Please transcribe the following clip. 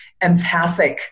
empathic